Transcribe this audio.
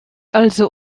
also